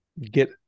get